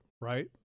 right